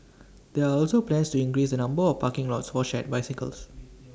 there are also plans to increase the number of parking lots for shared bicycles